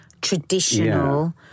traditional